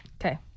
Okay